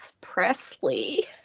presley